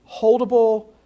holdable